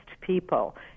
people